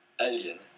Alien